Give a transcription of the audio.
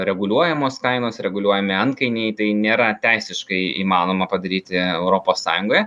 reguliuojamos kainos reguliuojami antkainiai tai nėra teisiškai įmanoma padaryti europos sąjungoje